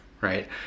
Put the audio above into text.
right